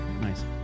Nice